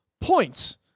points